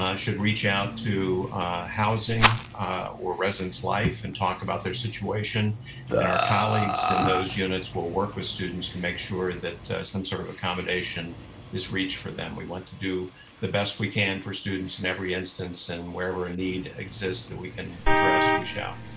ah should reach out to housing or residence life and talk about their situation and our colleagues in those units will work with students to make sure that some sort of accommodation is reached for them. we want to do the best we can for students in every instance and wherever a need exists that we can address, we shall.